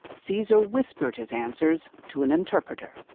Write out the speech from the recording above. caesar whispered his answers to an interpreter.